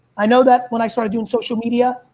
i know that when i started doing social media,